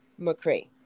McCray